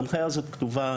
ההנחיה הזאת כתובה,